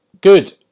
Good